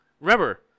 remember